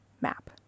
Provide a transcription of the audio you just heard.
map